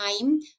time